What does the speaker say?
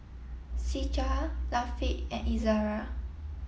Citra Latif and Izzara